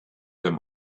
them